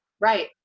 Right